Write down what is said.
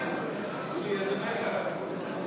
הכנסת יולי יואל אדלשטיין